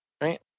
Right